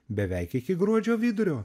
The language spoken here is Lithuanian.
beveik iki gruodžio vidurio